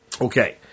Okay